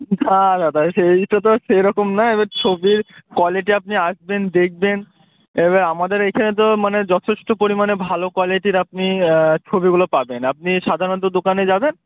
না দাদা সেটা তো আর সেরকম নয় এবার ছবির কোয়ালিটি আপনি আসবেন দেখবেন এবার আমাদের এখানে তো মানে যথেষ্ট পরিমাণে ভালো কোয়ালিটির আপনি ছবিগুলো পাবেন আপনি সাধারণত দোকানে যাবেন